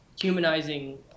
humanizing